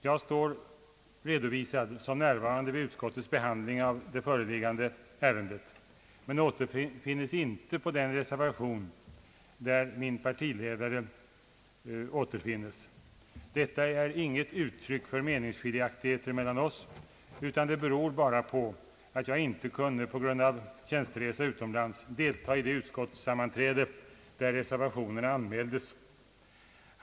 Jag har redovisats som närvarande vid utskottets behandling av det föreliggande ärendet, men återfinns inte under den reservation där min partiledare står. Detta är inget uttryck för meningskiljaktigheter mellan oss, utan det beror bara på att jag till följd av tjänsteresa utomlands inte kunde delta i det utskottssammanträde där reservationen anmäldes.